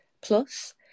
Plus